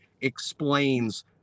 explains